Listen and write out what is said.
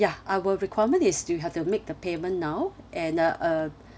ya our requirement is you have to make the payment now and uh a